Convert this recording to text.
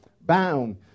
bound